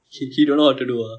he he don't know what to do ah